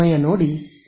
Z2d ಎಂದರೇನು